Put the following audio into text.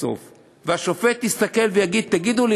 בסוף והשופט יסתכל ויגיד: תגידו לי,